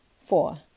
Four